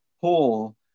Paul